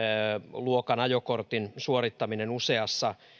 luokan ajokortin suorittamisesta useassa